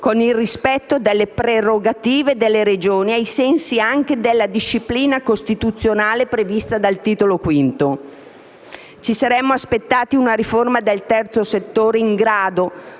con il rispetto delle prerogative delle Regioni, ai sensi anche della disciplina costituzionale prevista dal Titolo V. Ci saremmo aspettati una riforma del terzo settore in grado